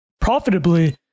profitably